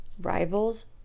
Rivals